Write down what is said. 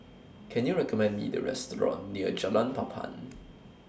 Can YOU recommend Me A Restaurant near Jalan Papan